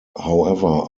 however